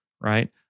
right